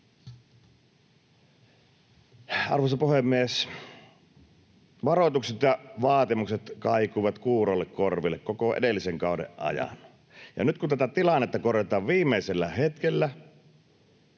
Arvoisa puhemies! Varoitukset ja vaatimukset kaikuivat kuuroille korville koko edellisen kauden ajan, ja nyt kun tätä tilannetta korjataan viimeisellä hetkellä,